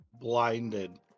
Blinded